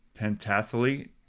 pentathlete